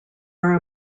are